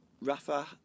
Rafa